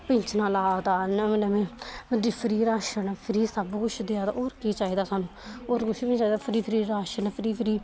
दियां पैंशनां ला दा नमें नमें फ्री राशन सब किश फ्री देआ दा होर केह् चाहिदा साह्नूं किश नीम चाहिदा फ्री राशन फ्री फ्री